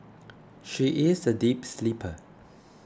she is a deep sleeper